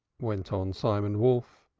went on simon wolf,